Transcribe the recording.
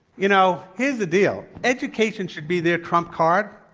you know, here's the deal. education should be their trump card,